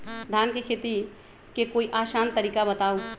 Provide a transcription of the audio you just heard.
धान के खेती के कोई आसान तरिका बताउ?